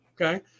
okay